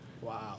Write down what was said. Wow